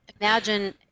imagine